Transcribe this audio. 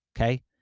Okay